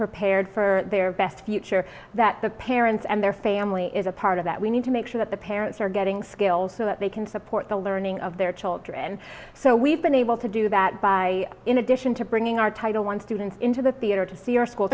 prepared for their best future that the parents and their family is a part of that we need to make sure that the parents are getting skills so that they can support the learning of their children so we've been able to do that by in addition to bringing our title one student into the theater to see our school